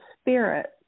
spirit